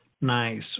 Nice